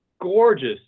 gorgeous